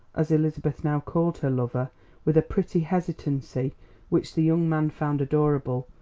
as elizabeth now called her lover with a pretty hesitancy which the young man found adorable,